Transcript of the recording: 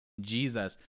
Jesus